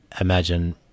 imagine